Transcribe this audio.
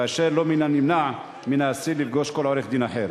ולא נמנע מן האסיר לפגוש כל עורך-דין אחר.